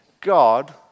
God